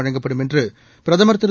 வழங்கப்படும் என்று பிரதமர் திரு